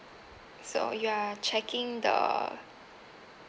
so you are checking the